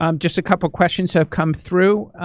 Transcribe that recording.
um just a couple questions have come through.